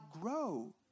grow